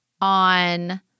on